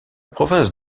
province